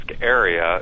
area